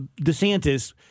DeSantis